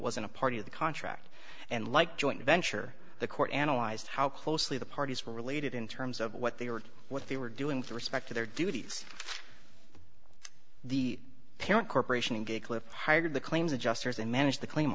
in a part of the contract and like joint venture the court analyzed how closely the parties were related in terms of what they were what they were doing through respect to their duties the parent corporation gave clip hired the claims adjusters and manage the claim